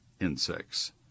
insects